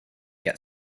get